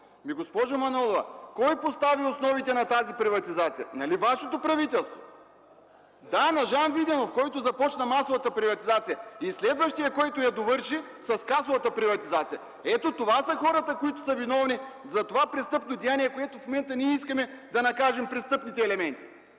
госпожо Манолова, кой постави основите на тази приватизация? Нали вашето правителство? Да, на Жан Виденов, който започна масовата приватизация, и следващият, който я довърши с касовата приватизация. Ето, това са хората, които са виновни за това престъпно деяние, за което в момента не искаме да накажем престъпните елементи.